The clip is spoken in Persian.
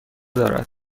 دارد